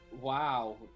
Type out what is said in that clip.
Wow